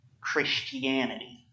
Christianity